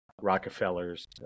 Rockefellers